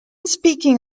speaking